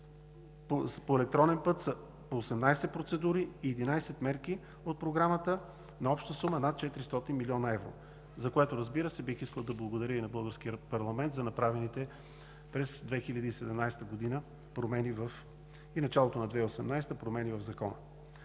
по електронен път са по 18 процедури и 11 мерки от Програмата на обща сума над 400 млн. евро, за което, разбира се, бих искал да благодаря на българския парламент за направените през 2017 г. и в началото